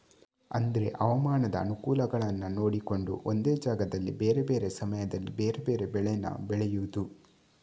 ಅಂದ್ರೆ ಹವಾಮಾನದ ಅನುಕೂಲಗಳನ್ನ ನೋಡಿಕೊಂಡು ಒಂದೇ ಜಾಗದಲ್ಲಿ ಬೇರೆ ಬೇರೆ ಸಮಯದಲ್ಲಿ ಬೇರೆ ಬೇರೆ ಬೆಳೇನ ಬೆಳೆಯುದು